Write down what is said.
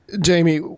Jamie